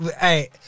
Hey